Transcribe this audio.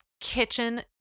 kitchen